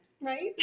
right